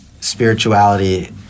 spirituality